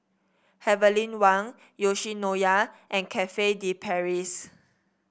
Heavenly Wang Yoshinoya and Cafe De Paris